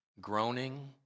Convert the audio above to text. groaning